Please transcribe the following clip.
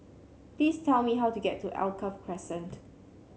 please tell me how to get to Alkaff Crescent